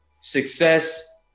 success